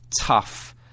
tough